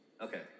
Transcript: Okay